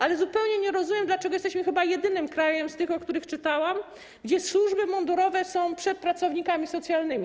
Ale zupełnie nie rozumiem, dlaczego jesteśmy chyba jedynym krajem z tych, o których czytałam, w którym służby mundurowe są przed pracownikami socjalnymi.